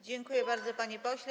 Dziękuję bardzo, panie pośle.